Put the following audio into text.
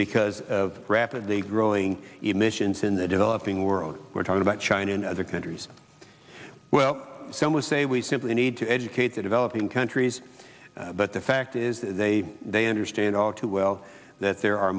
because of rapidly growing emissions in the developing world we're talking about china and other countries well some would say we simply need to educate the developing countries but the fact is they they understand all too well that there are